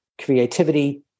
creativity